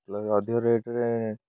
କ ଅଧିକ ରେଟ୍ରେ